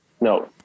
No